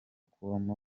kubamo